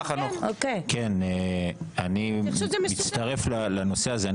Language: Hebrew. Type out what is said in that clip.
אני מצטרף לנושא הזה.